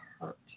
hurt